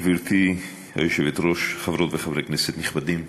גברתי היושבת-ראש, חברות וחברי כנסת נכבדים,